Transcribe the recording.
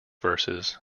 verses